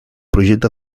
projecte